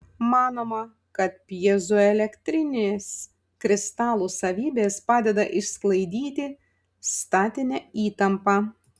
manoma kad pjezoelektrinės kristalų savybės padeda išsklaidyti statinę įtampą